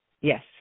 yes